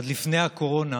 עד לפני הקורונה